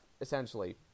essentially